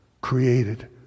created